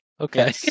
Okay